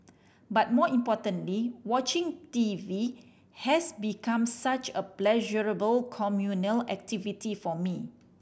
but more importantly watching T V has become such a pleasurable communal activity for me